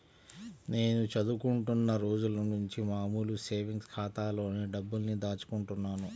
నేను చదువుకుంటున్న రోజులనుంచి మామూలు సేవింగ్స్ ఖాతాలోనే డబ్బుల్ని దాచుకుంటున్నాను